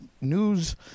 news